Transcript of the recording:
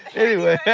anyway,